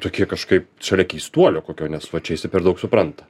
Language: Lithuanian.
tokie kažkaip šalia keistuolio kokio va čia jisai per daug supranta